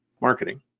marketing